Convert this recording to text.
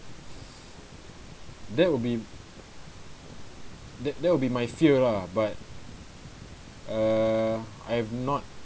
that will be that that will be my fear lah but err I've not